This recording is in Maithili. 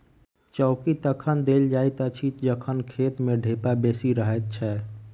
चौकी तखन देल जाइत अछि जखन खेत मे ढेपा बेसी रहैत छै